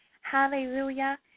Hallelujah